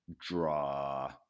draw